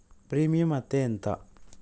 Premium అత్తే ఎంత?